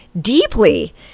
deeply